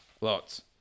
Lots